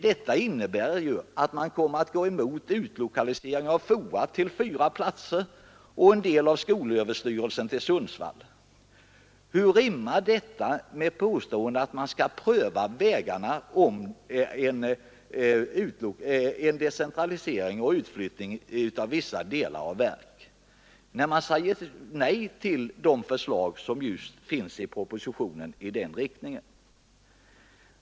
Detta innebär ju att man kommer att gå emot utlokaliseringen av FOA till fyra platser och en del av skolöverstyrelsen till Sundsvall. Hur rimmar detta med påståendet att man skall pröva möjligheterna för en decentralisering och utflyttning av vissa delar av verk, när man säger nej till de förslag som finns i propositionen i den riktningen?